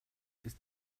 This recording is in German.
ist